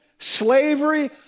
Slavery